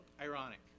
ironic